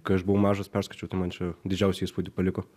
kai aš buvau mažas perskaičiau tai man čia didžiausią įspūdį paliko